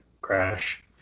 crash